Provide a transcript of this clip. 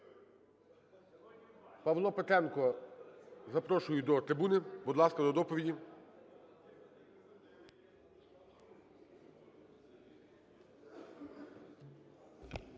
Павла Петренко запрошую до трибуни. Будь ласка, до доповіді.